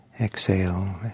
exhale